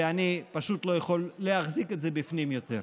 ואני פשוט לא יכול להחזיק את זה בפנים יותר.